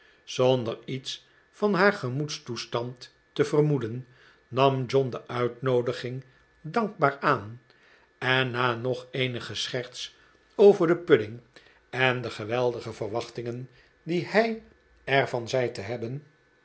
zonder iets van haar gemoedstoestand te vermoeden nam john de uitnoodiging dankbaar aan en na nog eenige scherts over den pudding en de geweldige verwachtingen die hij er van zei te hebben